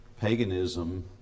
paganism